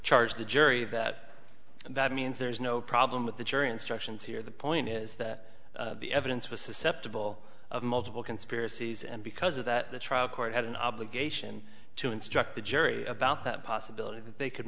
charged the jury that that means there is no problem with the jury instructions here the point is that the evidence was susceptible of multiple conspiracies and because of that the trial court had an obligation to instruct the jury about that possibility they could